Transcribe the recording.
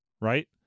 right